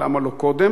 ולמה לא קודם?